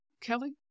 Kelly